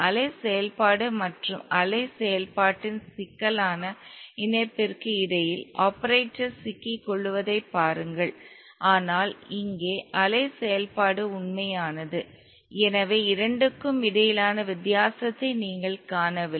அலை செயல்பாடு மற்றும் அலை செயல்பாட்டின் சிக்கலான இணைப்பிற்கு இடையில் ஆபரேட்டர் சிக்கிக் கொள்ளுவதைப் பாருங்கள் ஆனால் இங்கே அலை செயல்பாடு உண்மையானது எனவே இரண்டிற்கும் இடையிலான வித்தியாசத்தை நீங்கள் காணவில்லை